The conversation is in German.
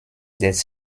des